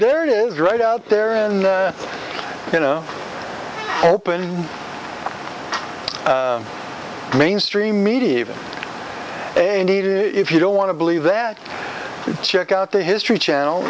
there it is right out there and you know open mainstream media even if you don't want to believe there check out the history channel